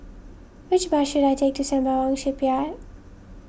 which bus should I take to Sembawang Shipyard